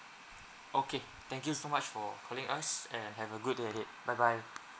okay thank you so much for calling us and have a good day ahead bye bye